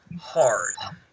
hard